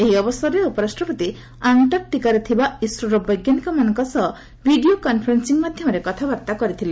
ଏହି ଅବସରରେ ଉପରାଷ୍ଟ୍ରପତି ଆଙ୍କାର୍କଟିକାରେ ଥିବା ଇସ୍ରୋର ବୈଜ୍ଞାନିକମାନଙ୍କ ସହ ଭିଡ଼ିଓ କନ୍ଫରେନ୍ସିଂ ମାଧ୍ୟମରେ କଥାବାର୍ତ୍ତା କରିଥିଲେ